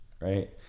right